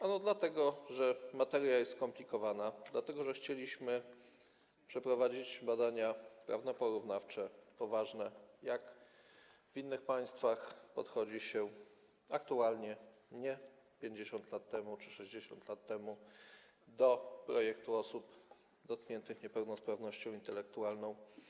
Ano dlatego, że materia jest skomplikowana, dlatego, że chcieliśmy przeprowadzić badania prawno-porównawcze, poważne, jak w innych państwach podchodzi się aktualnie, nie 50 lat czy 60 lat temu, do projektu dotyczącego osób dotkniętych niepełnosprawnością intelektualną.